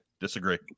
Disagree